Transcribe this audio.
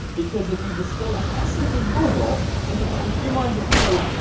because if you distill the essence of google into just a few lines of code,